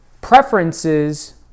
preferences